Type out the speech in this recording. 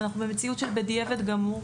אנחנו במציאות של בדיעבד גמור,